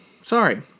sorry